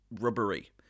rubbery